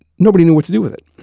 nobody knew what to do with it.